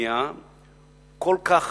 כך